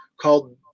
called